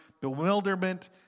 bewilderment